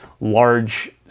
large